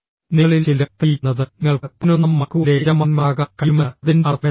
നിങ്ങളിൽ ചിലർ തെളിയിക്കുന്നത് നിങ്ങൾക്ക് പതിനൊന്നാം മണിക്കൂറിലെ യജമാനന്മാരാകാൻ കഴിയുമെന്ന് അതിൻറെ അർത്ഥമെന്താണ്